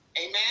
Amen